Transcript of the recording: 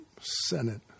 Senate